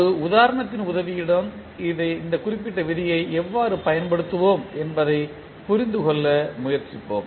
ஒரு உதாரணத்தின் உதவியுடன் இந்த குறிப்பிட்ட விதியை எவ்வாறு பயன்படுத்துவோம் என்பதைப் புரிந்து கொள்ள முயற்சிப்போம்